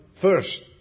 first